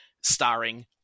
starring